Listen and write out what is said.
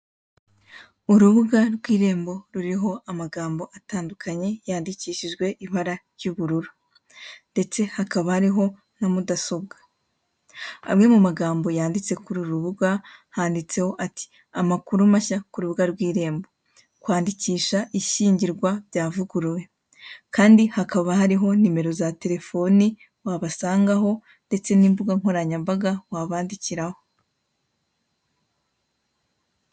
Urubuga rw'Irembo ruriho amagambo atandukanye yandikishijwe ibara ry'ubururu. Ndetse hakaba hariho na mudasobwa. Amwe mu magambo yanditse kuri uru rubuga, handitse ati:"Amakuru mashya ku rubuga rw'Irembo. Kwandikisha ishyingirwa byavuguruwe." Kandi hakaba hariho nimero za telefoni wabasangaho ndetse n'imbuga nkoranyambaga wabandikiraho.